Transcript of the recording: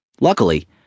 Luckily